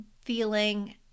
feeling